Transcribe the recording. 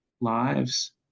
lives